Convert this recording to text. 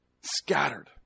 scattered